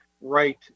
right